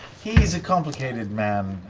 he's a complicated man.